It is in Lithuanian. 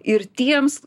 ir tiems